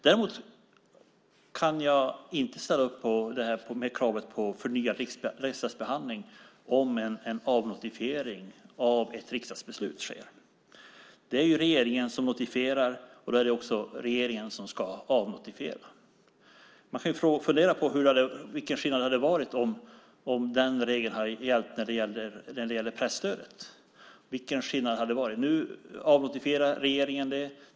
Däremot kan jag inte ställa upp på kravet på förnyad riksdagsbehandling om en avnotifiering av ett riksdagsbeslut sker. Det är regeringen som notifierar, och då är det också regeringen som ska avnotifiera. Man kan fundera på vilken skillnaden hade varit om den regeln hade gällt för presstödet. Nu avnotifierade regeringen det.